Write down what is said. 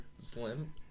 Slim